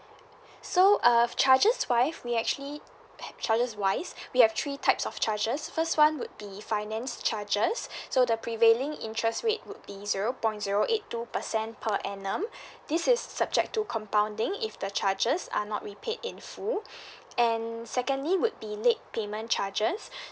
so uh charges wise we actually charges wise we have three types of charges first [one] would be finance charges so the prevailing interest rate would be zero point zero eight two percent per annum this is subject to compounding if the charges are not repaid in full and secondly would be late payment charges